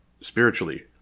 spiritually